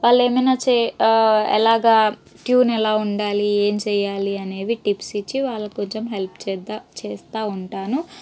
వాళ్ళు ఏమైనా చేయ ఎలాగ ట్యూన్ ఎలా ఉండాలి ఏం చేయాలి అనేవి టిప్స్ ఇచ్చి వాళ్ళకి కొంచెం హెల్ప్ చేస్తా చేస్తా ఉంటాను